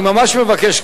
אני ממש מבקש,